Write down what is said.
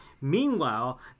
Meanwhile